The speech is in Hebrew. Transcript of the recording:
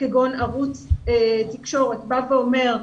כגון ערוץ תקשורת בא ואומר,